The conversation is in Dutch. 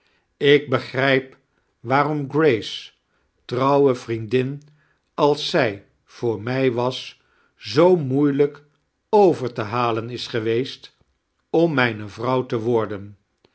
ik begrijp waarom grace tenonuwe vriemdlin als zij voor mij was zoo moailijk over te halen is geweest om mijne vrouw te wordlen